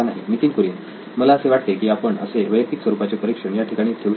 नितीन कुरियन मला असे वाटते की आपण असे वैयक्तिक स्वरूपाचे परीक्षण याठिकाणी ठेवू शकतो